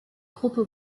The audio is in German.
gruppe